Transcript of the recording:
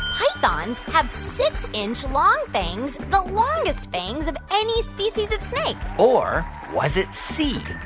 pythons have six inch long fangs, the longest fangs of any species of snake? or was it c.